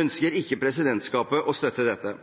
ønsker ikke presidentskapet å støtte dette.